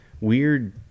weird